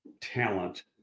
talent